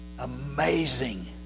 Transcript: Amazing